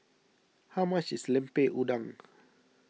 how much is Lemper Udang